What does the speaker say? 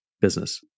business